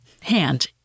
hand